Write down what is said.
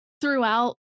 throughout